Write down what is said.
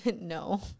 no